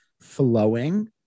flowing